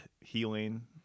healing